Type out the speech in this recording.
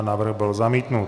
Návrh byl zamítnut.